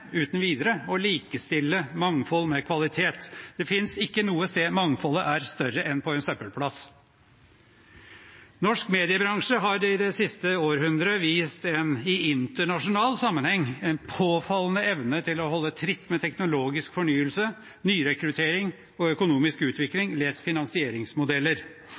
uten videre å likestille mangfold med kvalitet. Det finnes ikke noe sted mangfoldet er større enn på en søppelplass. Norsk mediebransje har det siste århundret vist en i internasjonal sammenheng påfallende evne til å holde tritt med teknologisk fornyelse, nyrekruttering og økonomisk utvikling – les finansieringsmodeller.